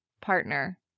partner